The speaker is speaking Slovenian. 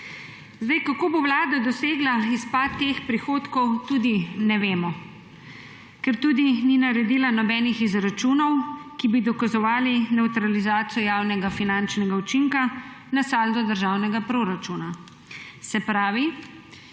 Kako bo Vlada dosegla izpad teh prihodkov, tudi ne vemo, ker ni naredila nobenih izračunov, ki bi dokazovali nevtralizacijo javnega finančnega učinka na saldo državnega proračuna. Se pravi,